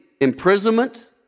imprisonment